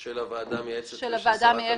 של הוועדה המייעצת ושל שרת המשפטים?